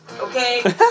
okay